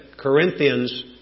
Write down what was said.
Corinthians